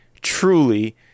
truly